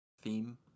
theme